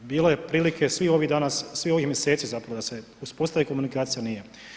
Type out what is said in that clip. Bilo je prilike svih ovih danas, svih ovih mjeseci zapravo da se uspostavi komunikacija, nije.